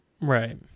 Right